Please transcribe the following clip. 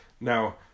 Now